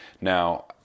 Now